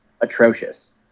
atrocious